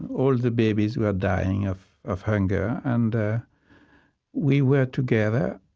all the babies were dying of of hunger, and we were together.